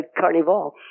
Carnival